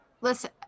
Listen